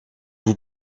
vous